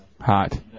Hot